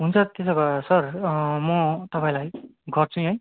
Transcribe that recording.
हुन्छ त्यसो भए सर म तपाईँलाई गर्छु नि है